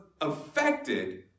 affected